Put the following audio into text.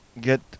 get